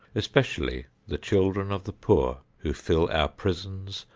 especially the children of the poor who fill our prisons,